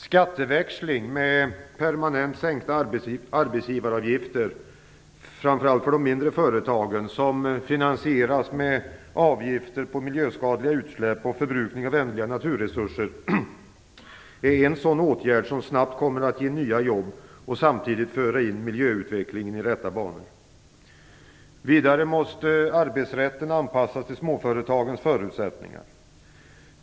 Skatteväxling med permanent sänkta arbetsgivaravgifter, framför allt för de mindre företagen, som finansieras med avgifter på miljöskadliga utsläpp och förbrukning av ändliga naturresurser är en åtgärd som snabbt ger nya jobb och samtidigt för in miljöutvecklingen i rätta banor. Vidare måste arbetsrätten anpassas till småföretagens förutsättningar.